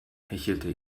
hechelte